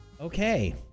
Okay